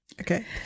Okay